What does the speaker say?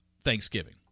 Thanksgiving